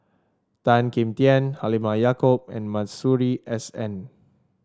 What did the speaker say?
Tan Kim Tian Halimah Yacob and Masuri S N